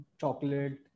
chocolate